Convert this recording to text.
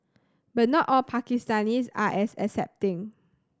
but not all Pakistanis are as accepting